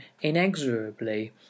inexorably